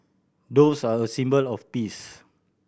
doves are a symbol of peace